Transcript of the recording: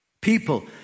People